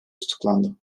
tutuklandı